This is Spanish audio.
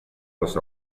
las